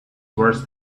worse